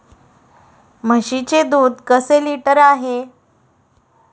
म्हशीचे दूध कसे लिटर आहे?